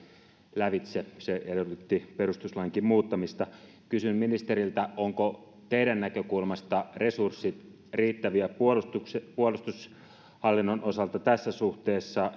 lävitse se edellytti perustuslainkin muuttamista kysyn ministeriltä ovatko teidän näkökulmastanne resurssit riittäviä puolustushallinnon osalta tässä suhteessa